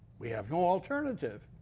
we have no alternative.